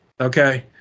Okay